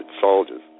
soldiers